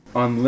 on